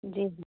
जी